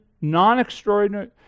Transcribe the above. non-extraordinary